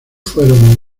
fueron